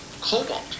Cobalt